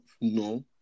No